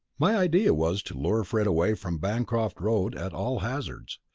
my idea was to lure fred away from bancroft road at all hazards.